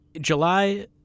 July